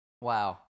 Wow